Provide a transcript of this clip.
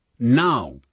Now